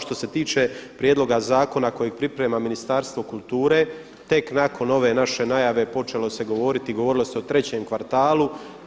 Što se tiče prijedloga zakona kojeg priprema Ministarstvo kulture, tek nakon ove naše najave počelo se govoriti i govorilo se o trećem kvartalu.